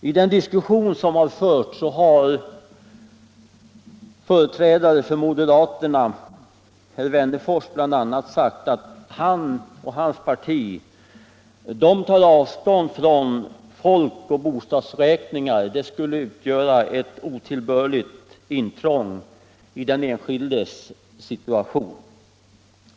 I den diskussion som förts har moderaternas företrädare herr Wennerfors bl.a. sagt att han och hans parti tar avstånd från folkoch bostadsräkningar. De skulle utgöra ett otillbörligt intrång i den enskildes situation.